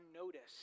unnoticed